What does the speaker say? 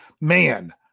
Man